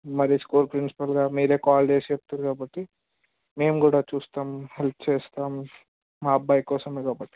మరి స్కూల్ ప్రిన్సిపల్గా మీరు కాల్ చేసి చెప్తుర్రు కాబట్టి మేము కూడా చూస్తాం హెల్ప్ చేస్తాం మా అబ్బాయి కోసం ఏదో ఒకటి